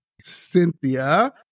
Cynthia